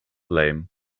lame